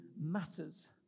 matters